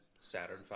Saturn